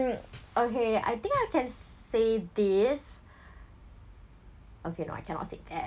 okay I think I can say this okay no I cannot say eh